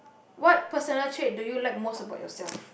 what personal trait do you like most about yourself